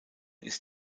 ist